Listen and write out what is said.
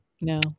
No